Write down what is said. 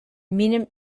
минем